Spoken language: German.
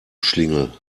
schlingel